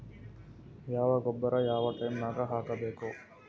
ಯಾವ ಗೊಬ್ಬರ ಯಾವ ಟೈಮ್ ನಾಗ ಹಾಕಬೇಕು?